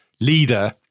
leader